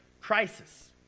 crisis